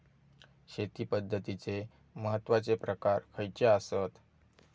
शेती पद्धतीचे महत्वाचे प्रकार खयचे आसत?